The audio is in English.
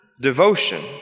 devotion